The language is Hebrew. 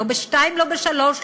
לא ב-14:00,